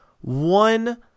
one